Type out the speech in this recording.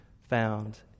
found